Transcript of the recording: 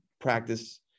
practice